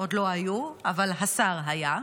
עוד לא היו, אבל השר היה.